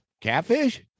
Catfish